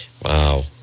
Wow